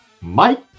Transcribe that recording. Mike